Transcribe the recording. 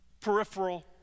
peripheral